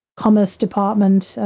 commerce department,